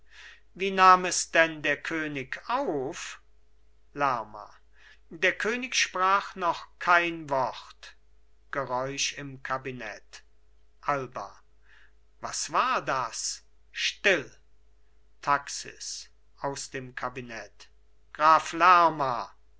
wie nahm es denn der könig auf lerma der könig sprach noch kein wort geräusch im kabinett alba was war das still taxis aus dem kabinett graf lerma